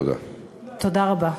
תודה רבה.